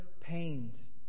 pains